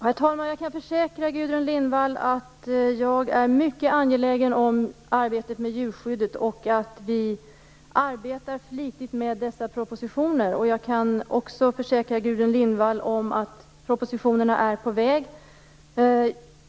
Herr talman! Jag kan försäkra Gudrun Lindvall att jag är mycket angelägen om arbetet med djurskyddet och att vi arbetar flitigt med dessa propositioner. Jag kan också försäkra Gudrun Lindvall att propositionerna är på väg.